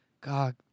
god